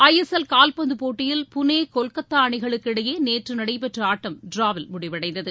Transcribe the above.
ISL கால்பந்துப் போட்டியில் பூனே கொல்கத்தா அணிகளுக்கு இடையே நேற்று நடைபெற்ற ஆட்டம் ட்ராவில் முடிவடைந்தது